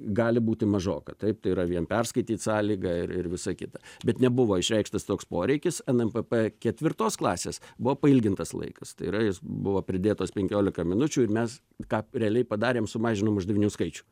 gali būti mažoka taip tai yra vien perskaityt sąlygą ir ir visa kita bet nebuvo išreikštas toks poreikis nmpp ketvirtos klasės buvo pailgintas laikas tai yra jis buvo pridėtos penkiolika minučių ir mes ką realiai padarėm sumažinom uždavinių skaičių